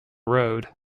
road